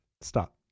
stop